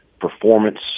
performance